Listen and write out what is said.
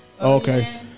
Okay